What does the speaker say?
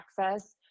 access